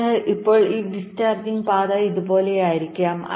അതിനാൽ ഇപ്പോൾ ഈ ഡിസ്ചാർജിംഗ് പാത ഇതുപോലെയായിരിക്കും